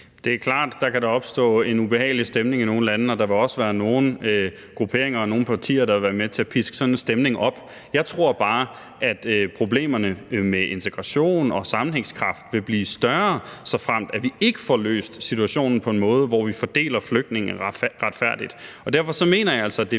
Det er klart, at der da kan opstå en ubehagelig stemning i nogle lande, og der vil også være nogle grupperinger og partier, der vil være med til at piske sådan en stemning op. Jeg tror bare, at problemerne med integration og sammenhængskraft vil blive større, såfremt vi ikke får løst situationen på en måde, hvor vi fordeler flygtningene retfærdigt. Og derfor mener jeg altså,